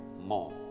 more